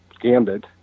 gambit